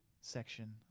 section